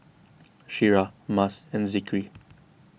Syirah Mas and Zikri